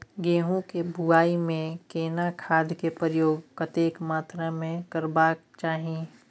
गेहूं के बुआई में केना खाद के प्रयोग कतेक मात्रा में करबैक चाही?